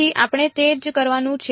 તેથી આપણે તે જ કરવાનું છે